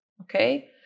okay